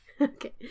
Okay